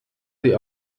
sie